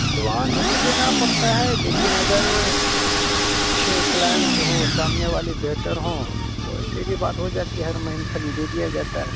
advance تو دینا پڑتا ہے لیکن اگر اچھے کلائنٹ ہوں سامنے والے بہتر ہوں تو ایسے کی بات ہو جاتی ہے ہر مہین کلی دے دیا جاتا ہے